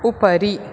उपरि